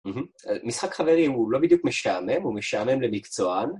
משחק חברי הוא לא בדיוק משעמם, הוא משעמם למקצוען.